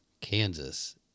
Kansas